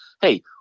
Hey